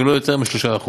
ולא יותר מ-3%.